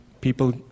people